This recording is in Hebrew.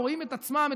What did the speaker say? רואים את עצמם,